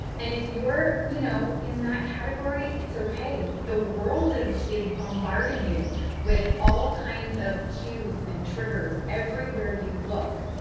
and if you're, you know, in that category, it's ok. the world is is bombarding you with all kinds of cues and triggers everywhere you look,